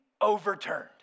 overturned